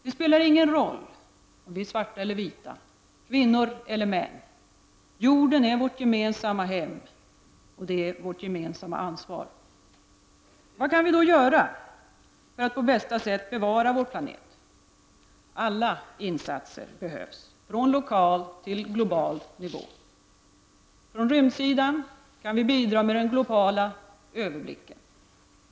Det spelar ingen roll om vi är svarta eller vita, kvinnor eller män. Jorden är vårt gemensamma hem, och vi har ett gemensamt ansvar. Vad kan vi då göra för att på bästa sätt bevara vår planet? Alla insatser behövs från lokal till global nivå. Från rymdsidan kan vi bidra med den globala överblicken.